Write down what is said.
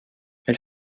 elle